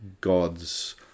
god's